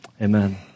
Amen